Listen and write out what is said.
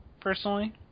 personally